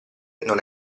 non